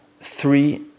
Three